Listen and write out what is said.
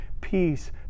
peace